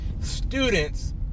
students